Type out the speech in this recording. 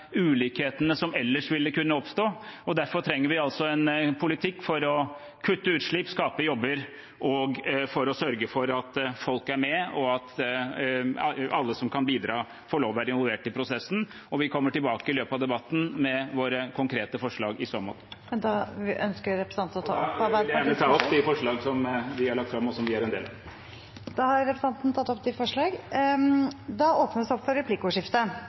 ulikhetene som ellers ville kunne oppstå. Derfor trenger vi en politikk for å kutte utslipp, skape jobber og for å sørge for at folk er med, og at alle som kan bidra, får lov til å være involvert i prosessen. Vi kommer tilbake i løpet av debatten med våre konkrete forslag i så måte. Jeg vil gjerne ta opp de forslagene som vi har lagt fram, og som vi er en del av. Da har representanten Espen Barth Eide tatt opp de forslagene han refererte til. Det blir replikkordskifte.